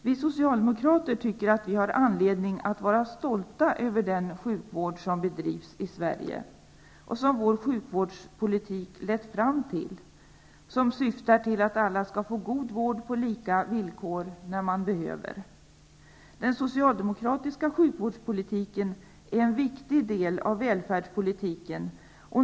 Vi socialdemokrater tycker att vi har anledning att vara stolta över den sjukvård som bedrivs i Sverige. Den som vår sjukvårdspolitik lett fram till och som syftar till att alla skall få god vård på lika villkor när det behövs. Den socialdemokratiska sjukvårdspolitiken är en viktig del av välfärdspolitiken.